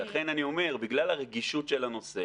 לכן אני אומר, בגלל הרגישות של הנושא